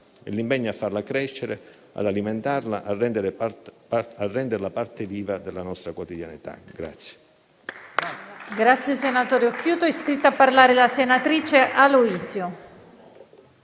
l'impegno a farla crescere, ad alimentarla, a renderla parte viva della nostra quotidianità.